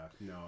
No